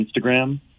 Instagram